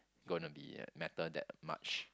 gonna be a matter that much